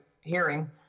hearing